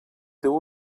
teu